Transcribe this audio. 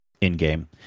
in-game